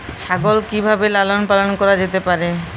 ছাগল কি ভাবে লালন পালন করা যেতে পারে?